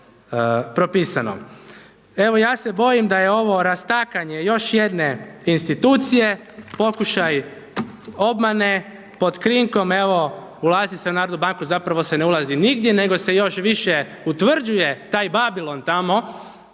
Evo ja se bojim da je ovo rastakanje još jedne institucije, pokušaj obmane pod krinkom evo ulazi se u Narodnu banku, zapravo se ne ulazi nigdje nego se još više utvrđuje taj Babilon tamo